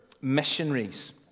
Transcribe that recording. missionaries